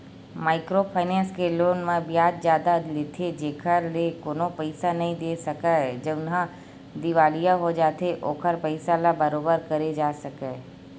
micro finance के loan म बियाज जादा लेथे जेखर ले कोनो पइसा नइ दे सकय जउनहा दिवालिया हो जाथे ओखर पइसा ल बरोबर करे जा सकय